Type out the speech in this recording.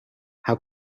how